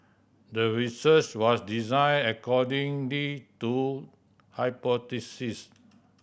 the research was designed according to hypothesis